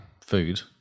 food